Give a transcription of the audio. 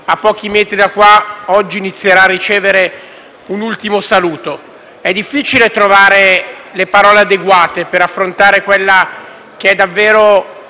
a pochi metri da qua, oggi inizierà a ricevere un ultimo saluto. È difficile trovare le parole adeguate per affrontare una straordinaria